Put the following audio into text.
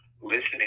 listening